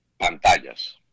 Pantallas